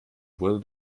wurde